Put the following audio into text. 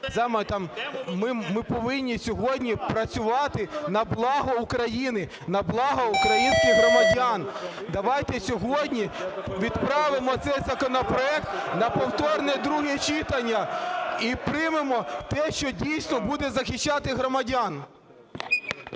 Ми повинні сьогодні працювати на благо України, на благо українських громадян. Давайте сьогодні відправимо цей законопроект на повторне друге читання і приймемо те, що дійсно буде захищати громадян.